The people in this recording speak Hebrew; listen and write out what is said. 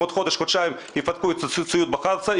בעוד חודש חודשיים יפרקו את הציוד בחרסה,